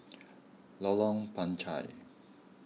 Lorong Panchar